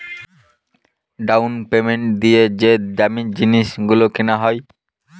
down payment দিয়ে যে দামী জিনিস গুলো কেনা হয়